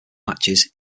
matches